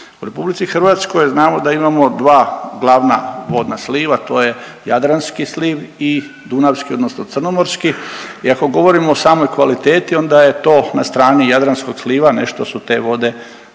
U RH znamo da imamo dva glavna vodna sliva to je jadranski sliv i dunavski odnosno crnomorski i ako govorimo o samoj kvaliteti onda je to na strani jadranskog sliva nešto su ste vode manje